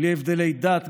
בלי הבדלי דת,